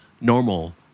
normal